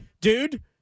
dude